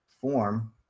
form